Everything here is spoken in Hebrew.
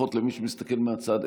לפחות למי שמסתכל מהצד,